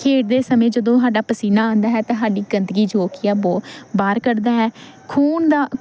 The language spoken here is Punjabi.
ਖੇਡਦੇ ਸਮੇਂ ਜਦੋਂ ਸਾਡਾ ਪਸੀਨਾ ਆਉਂਦਾ ਹੈ ਤਾਂ ਸਾਡੀ ਗੰਦਗੀ ਜੋ ਕਿ ਹੈ ਉਹ ਬਾਹਰ ਕੱਢਦਾ ਹੈ ਖੂਨ ਦਾ